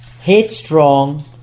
headstrong